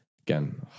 Again